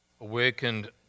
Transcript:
awakened